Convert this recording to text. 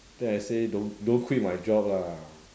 then I say don't don't quit my job lah